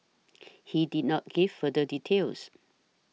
he did not give further details